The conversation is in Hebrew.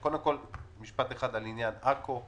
קודם כל, משפט אחד על עניין עכו.